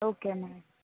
okay madam